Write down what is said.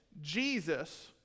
Jesus